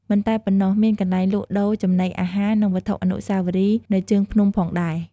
មិនតែប៉ុណ្ណោះ មានកន្លែងលក់ដូរចំណីអាហារ និងវត្ថុអនុស្សាវរីយ៍នៅជើងភ្នំផងដែរ។